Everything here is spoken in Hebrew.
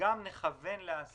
וגם נכוון לעסקים